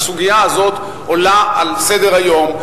הסוגיה הזאת עולה על סדר-היום.